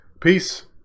Peace